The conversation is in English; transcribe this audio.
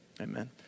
Amen